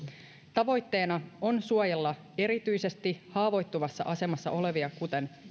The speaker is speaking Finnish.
tavoitteena on suojella erityisesti haavoittuvassa asemassa olevia kuten